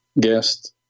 guest